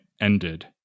ended